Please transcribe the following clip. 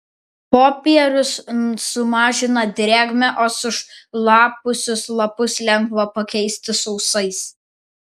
popierius sumažina drėgmę o sušlapusius lapus lengva pakeisti sausais